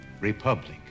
republic